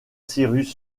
cyrus